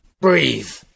breathe